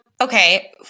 Okay